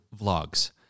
vlogs